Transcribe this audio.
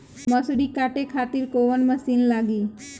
मसूरी काटे खातिर कोवन मसिन लागी?